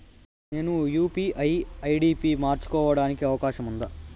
నేను UPI ID పి మార్చుకోవడానికి అవకాశం ఉందా?